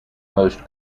most